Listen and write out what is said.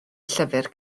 llyfr